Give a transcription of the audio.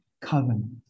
covenant